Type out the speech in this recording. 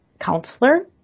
counselor